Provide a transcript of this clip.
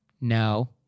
No